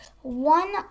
one